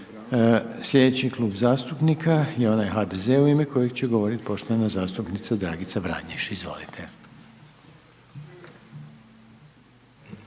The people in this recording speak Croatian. Sljedeći Klub zastupnika je onaj HNS-a u ime kojeg će govoriti poštovana zastupnika Božica Makar.